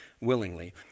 willingly